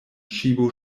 tchibo